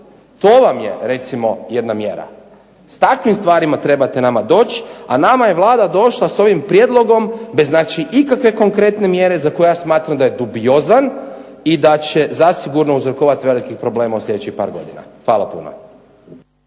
To vam je recimo jedna mjera. S takvim stvarima trebate nama doć, a nama je Vlada došla sa ovim prijedlogom bez znači ikakve konkretne mjere za koju ja smatram da je dubiozan i da će zasigurno uzrokovati velikih problema u sljedećih par godina. Hvala puno.